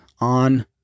on